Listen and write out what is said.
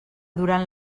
durant